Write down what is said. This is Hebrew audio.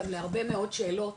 גם להרבה מאוד שאלות,